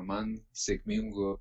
man sėkmingu